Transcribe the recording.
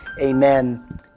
Amen